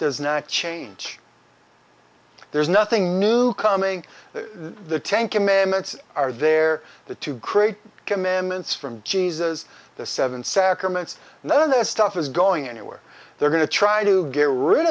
does not change there's nothing new coming the ten commandments are there the to create commandments from jesus the seven sacraments none of this stuff is going anywhere they're going to try to get rid